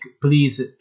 please